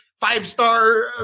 five-star